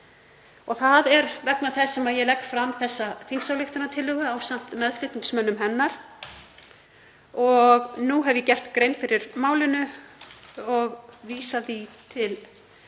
Það er vegna þess sem ég legg fram þessa þingsályktunartillögu ásamt meðflutningsmönnum mínum. Nú hef ég gert grein fyrir málinu og legg til